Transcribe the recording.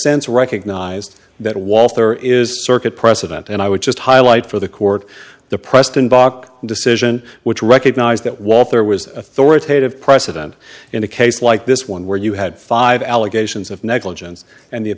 sense recognized that walther is circuit precedent and i would just highlight for the court the preston bach decision which recognized that was there was authoritative precedent in a case like this one where you had five allegations of negligence and